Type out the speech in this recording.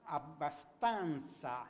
abbastanza